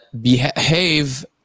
behave